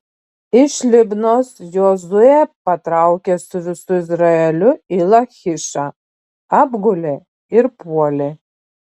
iš libnos jozuė patraukė su visu izraeliu į lachišą apgulė ir puolė